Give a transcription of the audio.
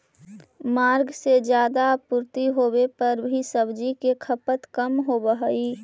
माँग से ज्यादा आपूर्ति होवे पर भी सब्जि के खपत कम होवऽ हइ